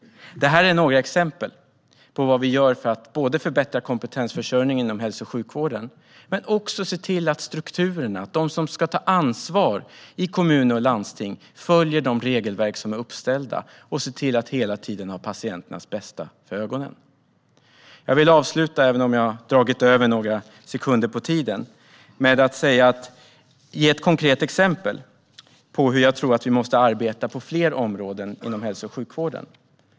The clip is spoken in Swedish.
Det här är några exempel på vad vi gör för att förbättra kompetensförsörjningen inom hälso och sjukvården men också se till att strukturerna, de som ska ta ansvar i kommuner och landsting, följer de regelverk som är uppställda och hela tiden har patienternas bästa för ögonen. Jag vill avsluta med att ge ett konkret exempel på hur jag tror att vi måste arbeta på fler områden inom hälso och sjukvården.